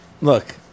Look